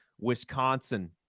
Wisconsin